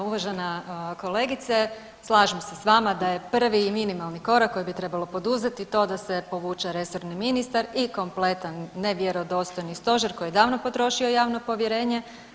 Evo uvažena kolegice, slažem se s vama da je prvi i minimalni korak kojeg bi trebalo poduzeti to da se povuče resorni ministar i kompletan nevjerodostojni stožer koji je davno potrošio javno povjerenje.